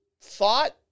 thought